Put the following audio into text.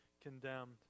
condemned